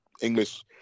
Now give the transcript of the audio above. english